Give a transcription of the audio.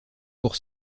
pour